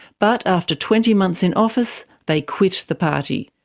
but, after twenty months in office, they quit the party.